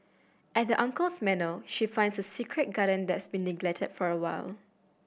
at uncle's manor she finds a secret garden that's been neglected for a while